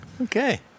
Okay